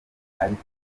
ariko